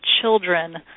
children